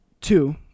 two